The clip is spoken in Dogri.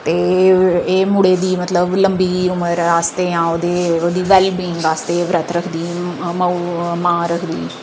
ते एह् मुड़े दी मतलब लम्बी उम्र आस्तै जां ओह्दे आस्तै बरत रखदी माऊ मां रखदी